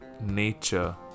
nature